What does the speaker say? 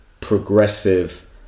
progressive